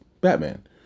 batman